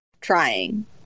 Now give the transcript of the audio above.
trying